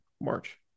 March